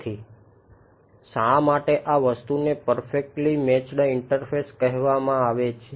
તેથી શા માટે આ વસ્તુને પરફેક્ટલી મેચ્ડ ઇન્ટરફેસ છે